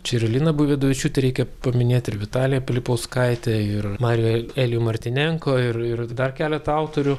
čia ir liną buividavičiūtę reikia paminėti ir vitaliją pilipauskaitę ir marių elijų martinenko ir ir dar keletą autorių